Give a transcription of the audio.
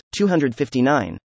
259